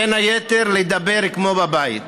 בין היתר "לדבר כמו בבית".